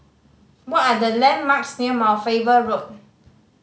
what are the landmarks near Mount Faber Road